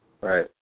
Right